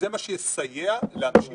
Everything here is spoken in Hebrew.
זה מה שיסייע לאנשים